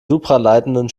supraleitenden